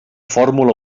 fórmula